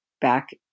back